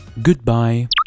Goodbye